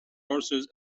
horses